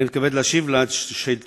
אני מתכבד להשיב על השאלות.